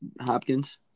Hopkins